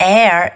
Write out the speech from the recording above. Air